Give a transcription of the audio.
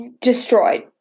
destroyed